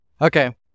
Okay